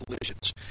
collisions